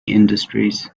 industries